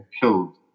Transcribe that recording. killed